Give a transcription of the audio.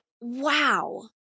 wow